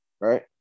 Right